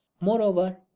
moreover